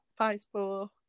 Facebook